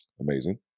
Amazing